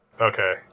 Okay